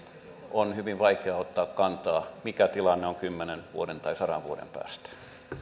on hyvin vaikea ottaa kantaa mikä tilanne on kymmenen vuoden tai sadan vuoden päästä